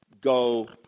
go